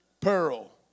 peril